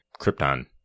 Krypton